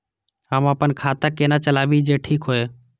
हम अपन खाता केना चलाबी जे ठीक होय?